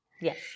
Yes